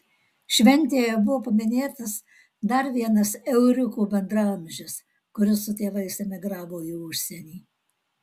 šventėje buvo paminėtas dar vienas euriukų bendraamžis kuris su tėvais emigravo į užsienį